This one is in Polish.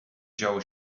działo